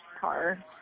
car